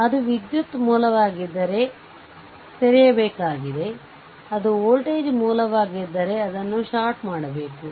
ಅದು ವಿದ್ಯುತ್ ಮೂಲವಾಗಿದ್ದರೆ ಅದು ತೆರೆಯಬೇಕಾಗಿದೆ ಅದು ವೋಲ್ಟೇಜ್ ಮೂಲವಾಗಿದ್ದರೆ ಅದನ್ನು ಶಾರ್ಟ್ ಮಾಡಬೇಕು